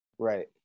Right